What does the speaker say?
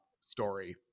story